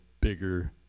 bigger